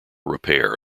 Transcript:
repair